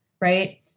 right